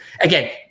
again